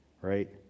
right